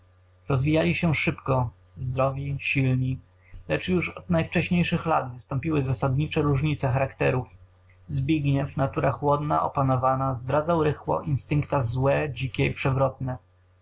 rozwijali się szybko zdrowi silni lecz już od najwcześniejszych lat wystąpiły zasadnicze różnice charakterów zbigniew natura chłodna opanowana zdradzał rychło instynkta dzikie złe i przewrotne